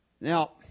Now